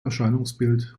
erscheinungsbild